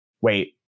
Wait